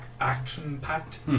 action-packed